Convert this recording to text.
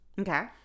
Okay